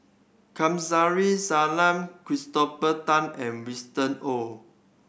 Kamsari Salam Christopher Tan and Winston Oh